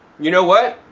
you know what?